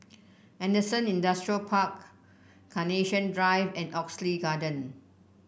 Henderson Industrial Park Carnation Drive and Oxley Garden